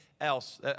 else